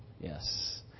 Yes